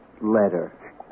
letter